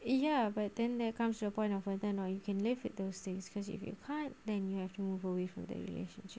ya but then there comes a point of whether or not you can leave it those things because if you can't then you have to move away from the relationship